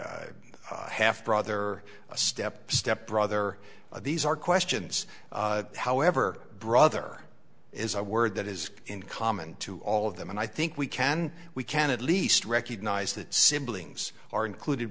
a half brother a step step brother these are questions however brother is a word that is in common to all of them and i think we can we can at least recognize that simply are included